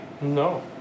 No